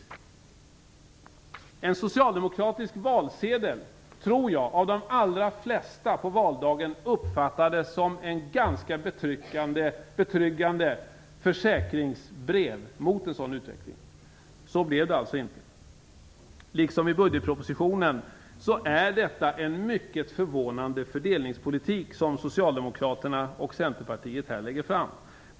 Jag tror att en socialdemokratisk valsedel av de allra flesta på valdagen uppfattades som ett ganska betryggande försäkringsbrev mot en sådan utveckling. Så blev det alltså inte. Liksom i budgetpropositionen är det en mycket förvånande fördelningspolitik som Socialdemokraterna och Centerpartiet lägger fram här.